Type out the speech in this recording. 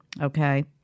okay